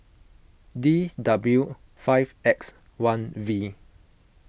D W five X one V